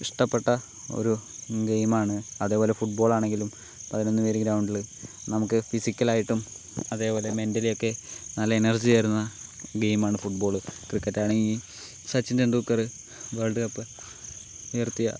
ഇഷ്ട്ടപ്പെട്ട ഒരു ഗെയിമാണ് അതേപോലെ ഫുട്ബോളാണെങ്കിലും പതിനൊന്ന് പേര് ഗ്രൗണ്ടില് നമുക്ക് ഫിസിക്കലായിട്ടും അതേപോലെ മെൻ്റലിയൊക്കെ നല്ല എനർജി തരുന്ന ഗെയിമാണ് ഫുട്ബോള് ക്രിക്കറ്റാണെങ്കിൽ സച്ചിൻ ടെണ്ടുൽക്കറ് വേൾഡ് കപ്പ് ഉയർത്തിയ